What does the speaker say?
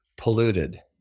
polluted